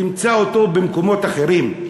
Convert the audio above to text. תמצא אותו במקומות אחרים.